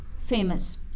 famous